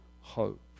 hope